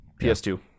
PS2